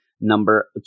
number